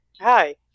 Hi